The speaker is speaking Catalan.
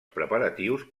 preparatius